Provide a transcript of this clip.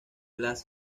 las